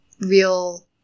real